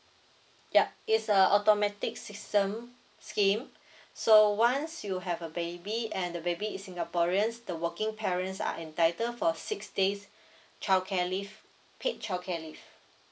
yup it's a automatic system scheme so once you have a baby and the baby is singaporeans the working parents are entitled for six days childcare leave paid childcare leave